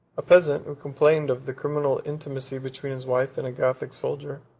a peasant, who complained of the criminal intimacy between his wife and a gothic soldier,